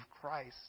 Christ